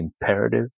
imperative